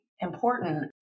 important